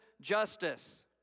justice